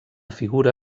figura